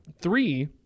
three